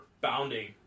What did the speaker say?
bounding